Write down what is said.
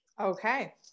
Okay